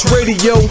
Radio